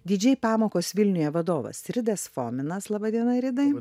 didžei pamokos vilniuje vadovas ridas fominas laba diena ridai